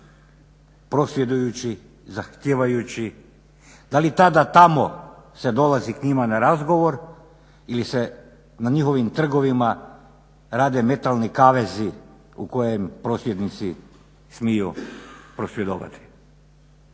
prosvjedujući, zahtijevajući da li tada tamo se dolazi k njima na razgovor ili se na njihovim trgovima rade metalni kavezi u kojem prosvjednici smiju prosvjedovati.